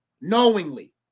knowingly